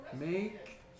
Make